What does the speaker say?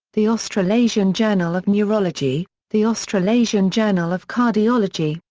the australasian journal of neurology, the australasian journal of cardiology,